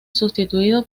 sustituido